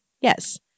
Yes